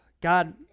God